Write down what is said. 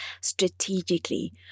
strategically